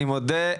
אני מודה,